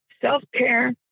self-care